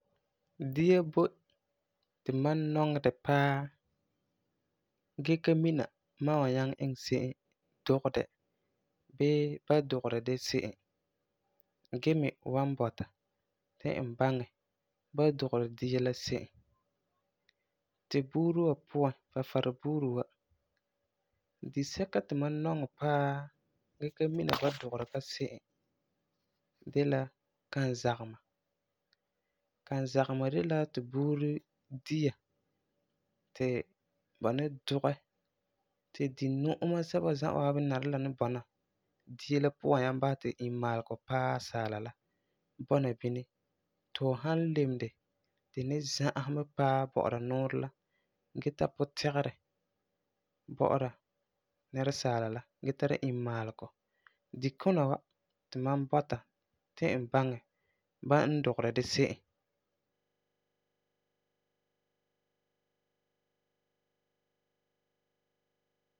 Dia boi ti mam nɔŋɛ di paa, gee ka mina mam n wan nyaŋɛ iŋɛ se'em dugɛ di, bii ba n dugeri di se'em, gee me wan bɔta ti n baŋɛ ba n dugeri dia la se'em. Tu buuri wa puan, Farefari buuri wa, disɛka ti mam nɔŋɛ paa gee ka mina ba dugeri ka se'em de la kanzagema. Kanzagema de la tu buuri dia ti ba ni dugɛ, ti di-nu'uma sɛba za'a waabi nari la ni bɔna dia la puan, wan nyaŋɛ basɛ ti immaalegɔ paɛ asaala la, bɔna bini ti fu san leme di, di za'asum mɛ paa bɔ'ɔra nuurɛ la, gee tara pu-tigerɛ bɔ'ɔra nɛresaala la, gee tara immaalegɔ. Di kuna wa ti mam bɔta ti e baŋɛ ba n dugeri di se'em.